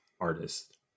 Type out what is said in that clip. artist